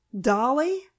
Dolly